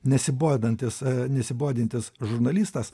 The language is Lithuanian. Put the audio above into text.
nesibodantis nesibodintis žurnalistas